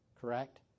correct